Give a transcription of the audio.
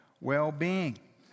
well-being